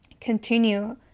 continue